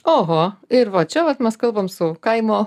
oho ir va čia vat mes kalbam su kaimo